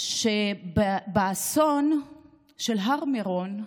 שבאסון של הר מירון,